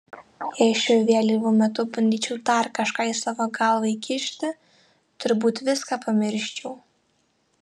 jei šiuo vėlyvu metu bandyčiau dar kažką į savo galvą įkišti turbūt viską pamirščiau